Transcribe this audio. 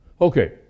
Okay